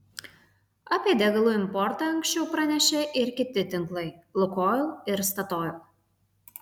apie degalų importą anksčiau pranešė ir kiti tinklai lukoil ir statoil